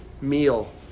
meal